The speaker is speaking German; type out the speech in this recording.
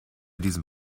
diesem